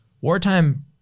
wartime